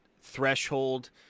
threshold